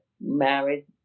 married